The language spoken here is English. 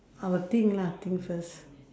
I will think lah think first